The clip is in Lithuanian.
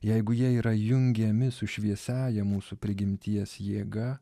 jeigu jie yra jungiami su šviesiąja mūsų prigimties jėga